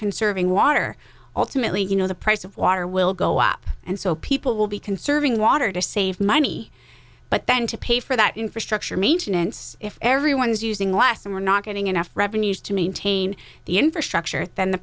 conserving water alternately you know the price of water will go up and so people will be conserving water to save money but then to pay for that infrastructure maintenance if everyone's using less and we're not getting enough revenues to maintain the infrastructure then the